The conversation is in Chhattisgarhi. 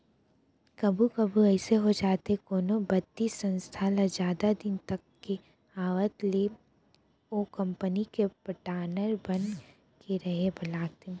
कभू कभू अइसे हो जाथे कोनो बित्तीय संस्था ल जादा दिन तक के आवत ले ओ कंपनी के पाटनर बन के रहें बर लगथे